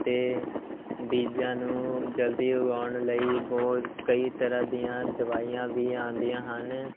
ਅਤੇ ਬੀਜਾਂ ਨੂੰ ਜਲਦੀ ਉਗਾਉਣ ਲਈ ਬਹੁਤ ਕਈ ਤਰ੍ਹਾਂ ਦੀਆਂ ਦਵਾਈਆਂ ਵੀ ਆਉਂਦੀਆਂ ਹਨ